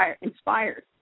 inspired